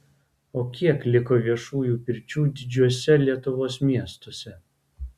o kiek liko viešųjų pirčių didžiuose lietuvos miestuose